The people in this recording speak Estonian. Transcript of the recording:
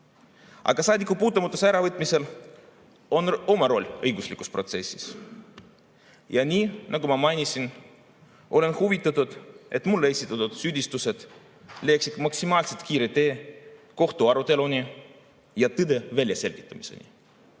Saadikupuutumatuse äravõtmisel on aga oma roll õiguslikus protsessis. Nii nagu ma mainisin, olen huvitatud, et mulle esitatud süüdistused leiaksid maksimaalselt kiire tee kohtu aruteluni ja tõe väljaselgitamiseni.